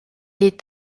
est